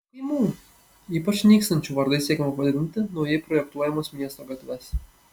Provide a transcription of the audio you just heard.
kaimų ypač nykstančių vardais siekiama pavadinti naujai projektuojamas miesto gatves